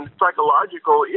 psychological